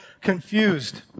confused